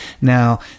Now